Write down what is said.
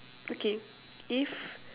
okay if